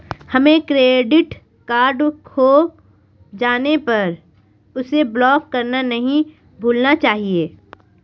हमें credit card खो जाने पर उसे ब्लॉक करना नहीं भूलना चाहिए